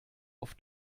auf